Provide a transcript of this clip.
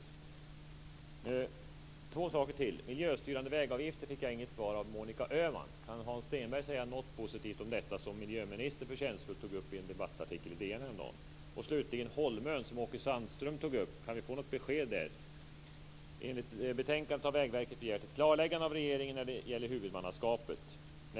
Jag vill ta upp två saker till. Jag fick inte något svar av Monica Öhman på min fråga om miljöstyrande vägavgifter. Kan Hans Stenberg säga något positivt om detta, som miljöministern förtjänstfullt tog upp i en debattartikel i DN häromdagen. Slutligen frågan om Holmön, som Åke Sandström tog upp. Kan vi få något besked där? Enligt betänkandet har Vägverket begärt ett klarläggande av regeringen när det gäller huvudmannaskapet.